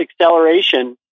acceleration